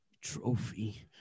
trophy